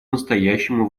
настоящему